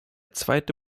zweite